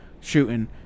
shooting